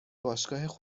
باشگاه